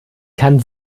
kann